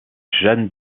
jeanne